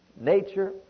Nature